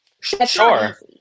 sure